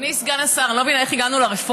אדוני סגן השר, אני לא מבינה איך הגענו לרפורמים.